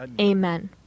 Amen